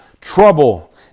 trouble